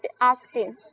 asking